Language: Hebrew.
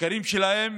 השקרים שלהם